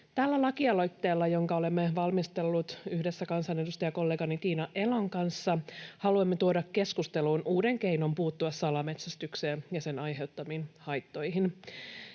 Tällä lakialoitteella, jonka olemme valmistelleet yhdessä kansanedustajakollegani Tiina Elon kanssa, haluamme tuoda keskusteluun uuden keinon puuttua salametsästykseen ja sen aiheuttamiin haittoihin.